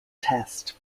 test